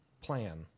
plan